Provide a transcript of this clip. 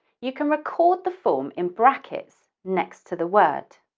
you can record the form in brackets next to the word.